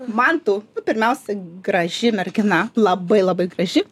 man tu pirmiausia graži mergina labai labai graži